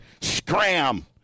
Scram